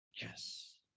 Yes